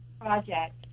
project